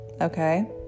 Okay